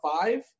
five